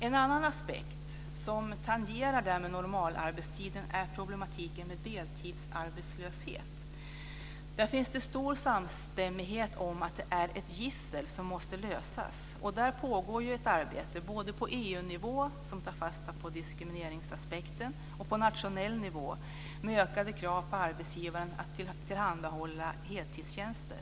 En annan aspekt som tangerar normalarbetstiden är problematiken med deltidsarbetslöshet. Där finns det stor samstämmighet om att det är ett gissel som man måste komma till rätta med, och det pågår ett arbete, både på EU-nivå, som tar fasta på diskrimineringsaspekten, och på nationell nivå med ökade krav på arbetsgivaren att tillhandahålla heltidstjänster.